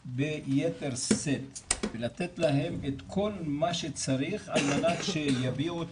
ביתר שאת ולתת להם את כל מה שצריך על מנת שיביעו את